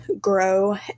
grow